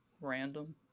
random